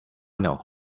know